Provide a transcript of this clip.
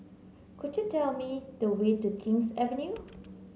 could you tell me the way to King's Avenue